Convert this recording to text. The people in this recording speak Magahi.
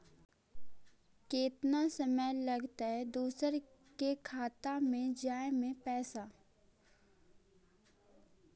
केतना समय लगतैय दुसर के खाता में जाय में पैसा?